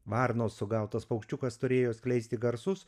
varnos sugautas paukščiukas turėjo skleisti garsus